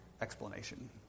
explanation